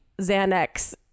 Xanax